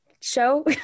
show